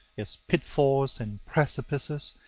its pitfalls and precipices,